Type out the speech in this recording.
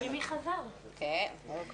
10:00.